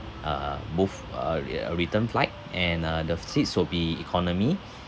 uh both uh re~ uh return flight and uh the seats will be economy